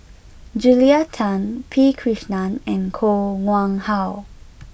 Julia Tan P Krishnan and Koh Nguang How